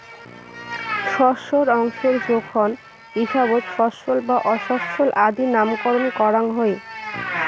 শস্যর অংশের জোখন হিসাবত শস্যল বা অশস্যল আদি নামকরণ করাং হই